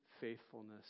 faithfulness